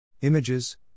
Images